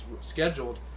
scheduled